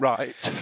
Right